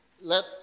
let